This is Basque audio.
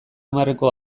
hamarreko